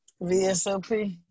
VSOP